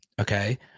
Okay